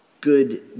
good